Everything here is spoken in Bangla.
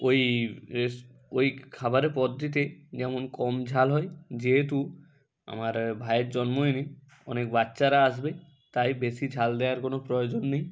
ওই ওই খাবারের পদটিতে যেন কম ঝাল হয় যেহেতু আমার ভাইয়ের জন্মদিনে অনেক বাচ্চারা আসবে তাই বেশি ঝাল দেওয়ার কোনো প্রয়োজন নেই